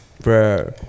bro